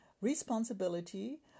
responsibility